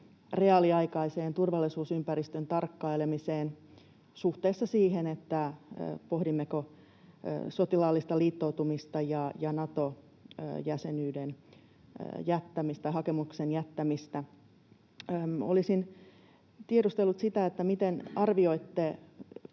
reaaliaikaiseen turvallisuusympäristön tarkkailemiseen suhteessa siihen, pohdimmeko sotilaallista liittoutumista ja Nato-jäsenyyden hakemuksen jättämistä. Ehkä nyt tämänhetkinen